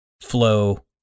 flow